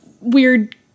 weird